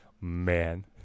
man